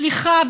סליחה,